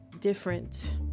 different